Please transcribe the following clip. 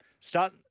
start